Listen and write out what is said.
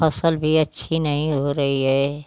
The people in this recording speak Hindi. फसल भी नहीं अच्छी हो रही है